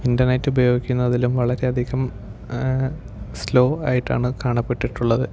internet ഉപയോഗിക്കുന്നതിലും വളരെയധികം slow ആയിട്ടാണ് കാണപ്പെട്ടിട്ടുള്ളത്